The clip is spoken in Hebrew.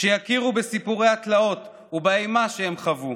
שיכירו בסיפורי התלאות ובאימה שהם חוו.